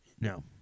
No